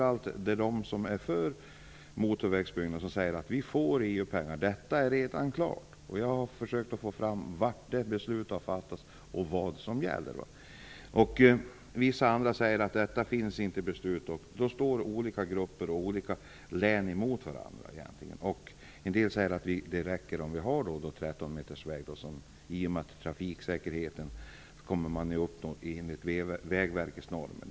Alla som är för byggande av motorvägar säger: Vi får EU-pengar. Detta är redan klart. Jag har försökt få fram var det beslutet har fattats och vad som gäller. Vissa andra säger att det inte finns något beslut om detta. Då står olika grupper och olika län emot varandra. Andra säger att det räcker att vi har 13 meter breda vägar med tanke på trafiksäkerheten, som vi skall uppnå enligt Vägverkets normer.